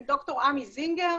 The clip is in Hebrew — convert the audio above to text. עם ד"ר עמי זינגר,